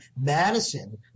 Madison